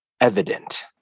evident